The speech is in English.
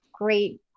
great